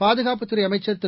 பாதுகாப்புத்துறை அமைச்சர் திரு